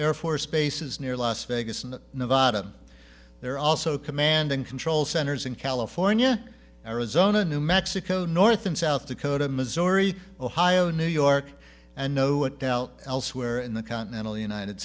air force bases near las vegas and nevada they're also commanding control centers in california arizona new mexico north and south dakota missouri ohio new york and no doubt elsewhere in the continental united